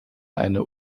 eine